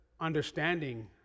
understanding